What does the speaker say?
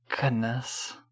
Goodness